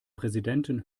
präsidenten